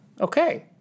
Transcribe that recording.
Okay